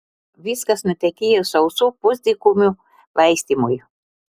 viskas nutekėjo sausų pusdykumių laistymui